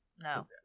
No